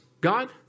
God